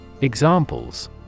Examples